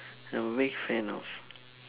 I'm a big fan of